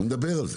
נדבר על זה.